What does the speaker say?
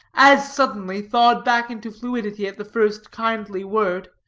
as suddenly thawed back into fluidity at the first kindly word.